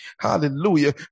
Hallelujah